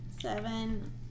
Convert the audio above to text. Seven